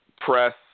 press